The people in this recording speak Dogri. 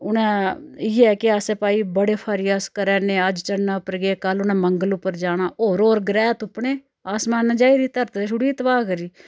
हूनै इ'यै कि अस भाई बड़े प्रयास करा ने अज्ज चन्नै उप्पर गे कल उन्नै मंगल उप्पर जाना होर होर ग्रैह् तुप्पने आसमानै जा'इरी धरत ते छुड़ी तबाह् करी